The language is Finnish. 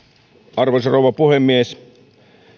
arvoisa rouva puhemies